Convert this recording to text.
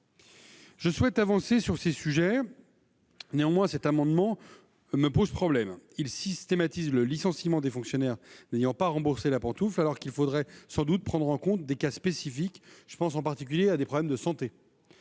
Je souhaite avancer sur ces sujets, mais cet amendement me pose problème. Il vise à systématiser le licenciement des fonctionnaires n'ayant pas remboursé la pantoufle, alors qu'il faudrait sans doute prendre en compte des cas spécifiques ; je pense en particulier à des problèmes de santé.